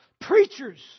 preachers